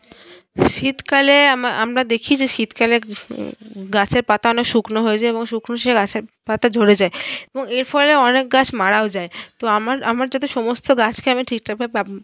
শীতকালে আম আমরা দেখি যে শীতকালে গাছের পাতা অনেক শুকনো হয়ে যায় এবং শুকনো সে গাছের পাতা ঝরে যায় এর ফলে অনেক গাছ মারাও যায় তো আমার আমার যাতে সমস্ত গাছকে আমি ঠিকঠাকভাবে